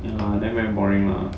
ya then very boring lah